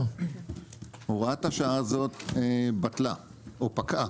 הוראת השעה הזו בטלה או פקעה.